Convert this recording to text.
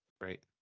Right